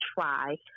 try